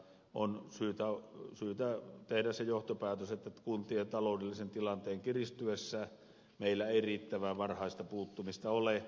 on syytä tehdä se johtopäätös että kuntien taloudellisen tilanteen kiristyessä meillä ei riittävää varhaista puuttumista ole